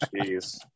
jeez